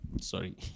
sorry